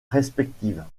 respectives